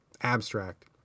abstract